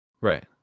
Right